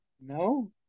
No